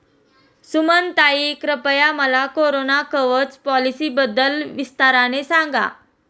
सुमनताई, कृपया मला कोरोना कवच पॉलिसीबद्दल विस्ताराने सांगा